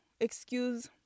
excuse